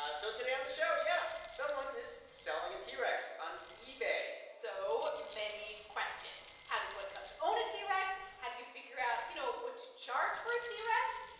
ah so today on the show yeah, someone is selling a t. rex on ebay so many questions how does one come to own a t. rex? how do you figure out, you know, what to charge for a t. rex?